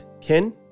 Ken